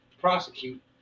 prosecute